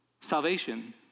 Salvation